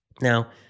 Now